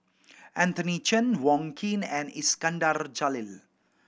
Anthony Chen Wong Keen and Iskandar Jalil